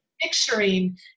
picturing